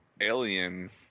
Alien